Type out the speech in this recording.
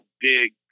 big